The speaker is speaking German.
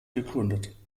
gegründet